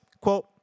Quote